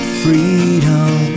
freedom